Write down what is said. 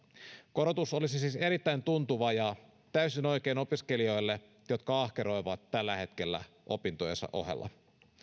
korotus olisi siis erittäin tuntuva ja täysin oikein opiskelijoille jotka ahkeroivat tällä hetkellä opintojensa ohella